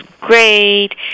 great